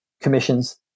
commissions